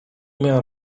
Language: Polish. miałam